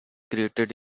created